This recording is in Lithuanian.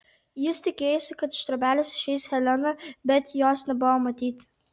jis tikėjosi kad iš trobelės išeis helena bet jos nebuvo matyti